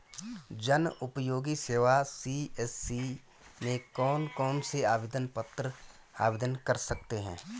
जनउपयोगी सेवा सी.एस.सी में कौन कौनसे आवेदन पत्र आवेदन कर सकते हैं?